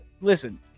Listen